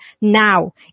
Now